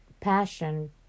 passion